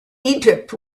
egypt